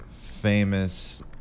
famous